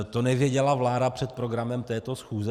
To nevěděla vláda před programem této schůze?